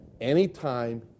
anytime